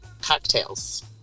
cocktails